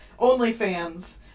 OnlyFans